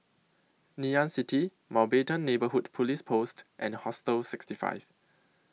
Ngee Ann City Mountbatten Neighbourhood Police Post and Hostel sixty five